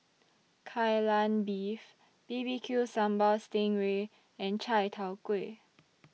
Kai Lan Beef B B Q Sambal Sting Ray and Chai Tow Kway